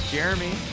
Jeremy